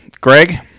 Greg